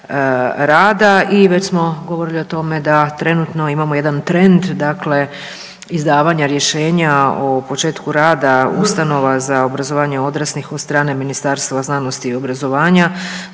rada i već smo govorili o tome da trenutno imamo jedan trend dakle izdavanja rješenja o početku rada ustanova za obrazovanje odraslih od strane Ministarstva znanosti i obrazovanja.